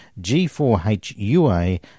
G4HUA